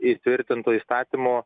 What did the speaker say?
įtvirtintų įstatymo